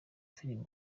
filime